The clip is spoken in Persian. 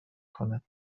کند